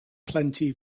plenty